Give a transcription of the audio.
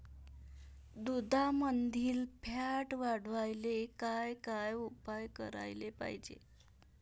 दुधामंदील फॅट वाढवायले काय काय उपाय करायले पाहिजे?